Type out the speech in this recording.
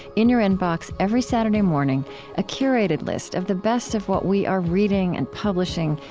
in your inbox every saturday morning a curated list of the best of what we are reading and publishing,